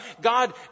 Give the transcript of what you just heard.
God